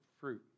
fruit